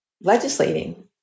legislating